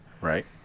Right